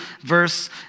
verse